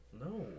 No